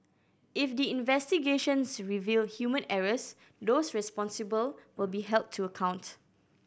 if the investigations reveal human errors those responsible will be held to account